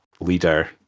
leader